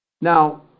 Now